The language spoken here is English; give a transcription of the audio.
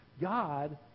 God